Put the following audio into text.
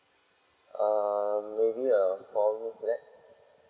err maybe a four room flat